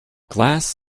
glass